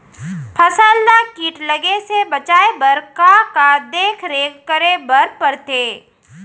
फसल ला किट लगे से बचाए बर, का का देखरेख करे बर परथे?